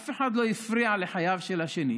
אף אחד לא הפריע לחייו של השני,